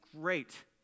great